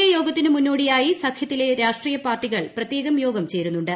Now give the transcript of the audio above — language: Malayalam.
എ ് യോഗത്തിന് മുന്നോടിയായി സഖ്യത്തിലെ രാഷ്ട്രീയ ് പാർട്ടികൾ പ്രത്യേകം യോഗം ചേരുന്നുണ്ട്